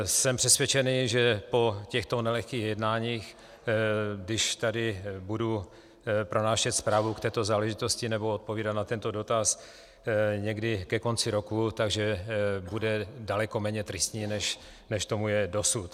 Jsem přesvědčen, že po těchto nelehkých jednáních, když tady budu pronášet zprávu k této záležitosti nebo odpovídat na tento dotaz někdy ke konci roku, tak bude daleko méně tristní, než tomu je dosud.